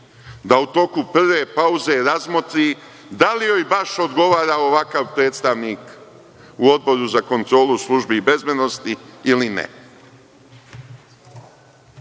da u toku prve pauze razmotri da li joj baš odgovara ovakav predstavnik u Odboru za kontrolu službi bezbednosti ili ne.